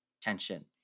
tension